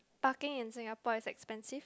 parking in Singapore is expensive